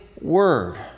word